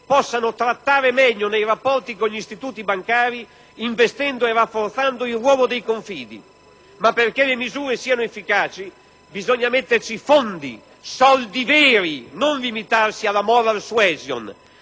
possano trattare meglio nei rapporti con gli istituti bancari, investendo e rafforzando il ruolo dei confidi. Ma perché le misure siano efficaci bisogna metterci fondi, soldi veri, non limitarsi alla *moral suasion*.